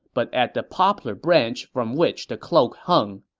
but at the poplar branch from which the cloak hung.